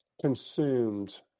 consumed